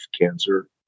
cancer